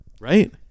Right